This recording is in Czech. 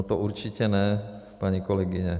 No to určitě ne, paní kolegyně.